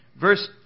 verse